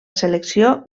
selecció